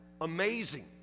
amazing